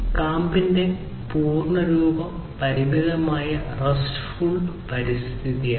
കാമ്പിന്റെ പൂർണ്ണ രൂപം പരിമിതമായ RESTful പരിസ്ഥിതിയാണ്